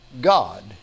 God